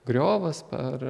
griovas per